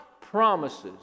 promises